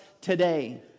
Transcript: today